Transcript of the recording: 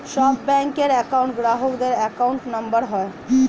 সব ব্যাঙ্কের একউন্ট গ্রাহকদের অ্যাকাউন্ট নম্বর হয়